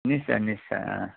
নিশ্চয় নিশ্চয় অঁ